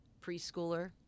preschooler